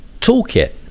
Toolkit